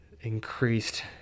increased